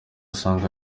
asange